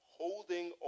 holding